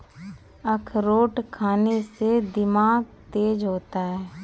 अखरोट खाने से दिमाग तेज होता है